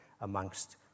amongst